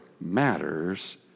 matters